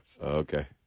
Okay